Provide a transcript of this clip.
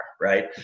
right